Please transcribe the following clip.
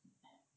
哎